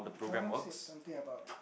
someone said something about